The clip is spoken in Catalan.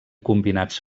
combinats